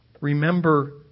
Remember